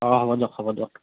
অ হ'ব দিয়ক হ'ব দিয়ক